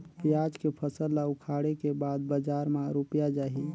पियाज के फसल ला उखाड़े के बाद बजार मा रुपिया जाही?